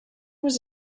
was